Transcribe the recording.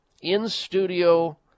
in-studio